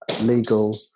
legal